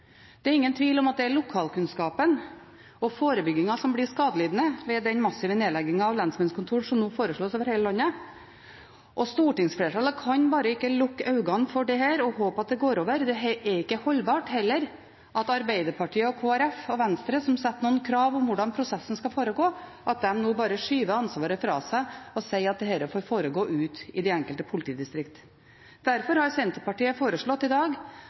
Det er ingen tvil om at det er lokalkunnskapen og forebyggingen som blir skadelidende ved den massive nedleggingen av lensmannskontor som nå foreslås over hele landet, og stortingsflertallet kan bare ikke lukke øynene for dette og håpe at det går over. Det er heller ikke holdbart at Arbeiderpartiet, Kristelig Folkeparti og Venstre, som setter noen krav om hvordan prosessen skal foregå, nå bare skyver ansvaret fra seg og sier at dette får foregå ute i de enkelte politidistriktene. Derfor har Senterpartiet i dag